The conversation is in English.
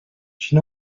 she